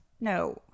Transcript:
no